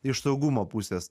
iš saugumo pusės